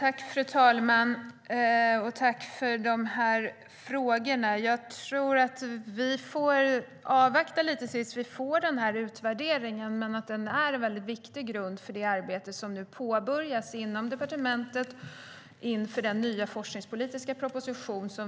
Fru talman! Tack för frågorna! Jag tror att vi får avvakta lite tills vi får den här utvärderingen, som är en väldigt viktig grund för det arbete som nu påbörjas inom departementet inför den nya forskningspolitiska propositionen.